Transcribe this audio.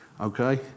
okay